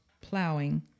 plowing